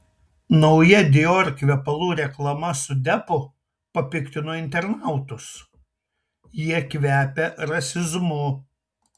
nauja dior kvepalų reklama su deppu papiktino internautus jie kvepia rasizmu